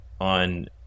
on